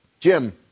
Jim